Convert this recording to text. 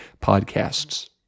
podcasts